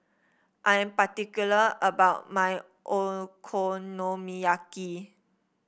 I am particular about my Okonomiyaki